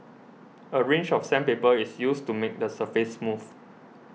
a range of sandpaper is used to make the surface smooth